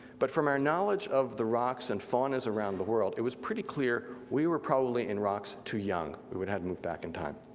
but from our knowledge of the rocks and faunas around the world, it was pretty clear we were probably in rocks too young. we would have to move back in time.